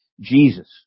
Jesus